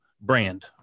brand